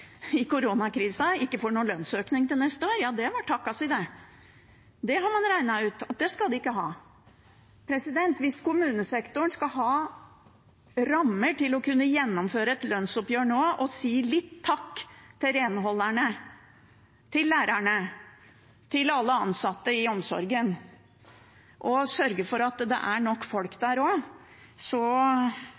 i koronakrisen, ikke får noen lønnsøkning neste år. Ja, det var takken sin – det har man regnet ut at de ikke skal ha. Hvis kommunesektoren skal ha rammer til å kunne gjennomføre et lønnsoppgjør nå og si litt takk til renholderne, til lærerne, til alle ansatte i omsorgen og sørge for at det også er nok folk der,